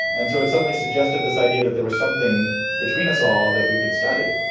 and so, it suddenly suggested this idea that there was something between us all that we could study.